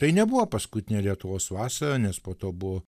tai nebuvo paskutinė lietuvos vasara nes po to buvo